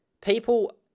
people